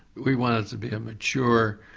we want it to be a mature,